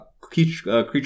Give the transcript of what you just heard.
creature